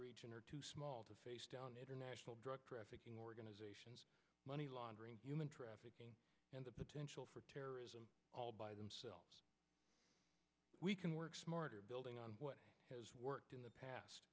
economies small to face down international drug trafficking organizations money laundering human trafficking and the potential for terrorism all by themselves we can work smarter building on what worked in the past